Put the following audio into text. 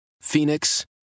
Phoenix